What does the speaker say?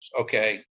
Okay